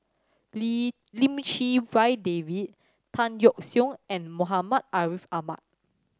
Lee Lim Chee Wai David Tan Yeok Seong and Muhammad Ariff Ahmad